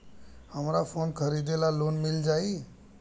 हमरा फोन खरीदे ला लोन मिल जायी?